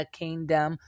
kingdom